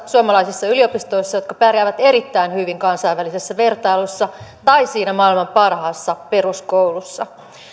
suomalaisissa yliopistoissa jotka pärjäävät erittäin hyvin kansainvälisessä vertailussa tai siinä maailman parhaassa peruskoulussa